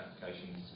applications